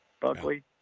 Buckley